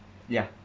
ya